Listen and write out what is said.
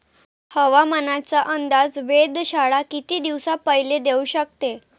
हवामानाचा अंदाज वेधशाळा किती दिवसा पयले देऊ शकते?